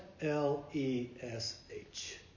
L-E-S-H